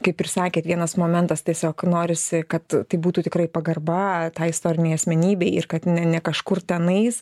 kaip ir sakėt vienas momentas tiesiog norisi kad tai būtų tikrai pagarba tai istorinei asmenybei ir kad ne ne kažkur tenais